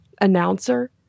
announcer